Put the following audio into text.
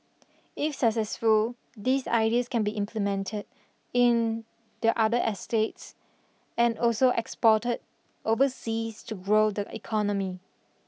if successful these ideas can be implemented in the other estates and also exported overseas to grow the economy